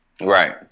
Right